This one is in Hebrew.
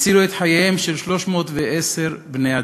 הצילו את חייהם של 310 בני-אדם.